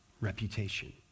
reputation